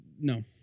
no